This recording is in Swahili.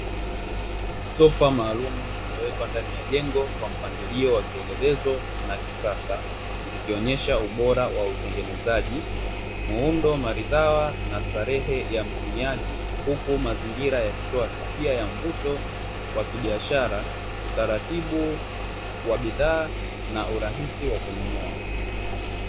Sofa maalumu zimewekwa ndani ya jengo kwa mpangilio wa kielelezo na kisasa zikionyesha ubora wa utengenezaji muundo maridhawa na starehe ya mtumiaji huku mazingira yakitoa hisia ya mvuto wa kibiashara, utaratibu wa bidhaa na urahisi wa kununua.